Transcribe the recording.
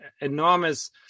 enormous